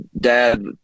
Dad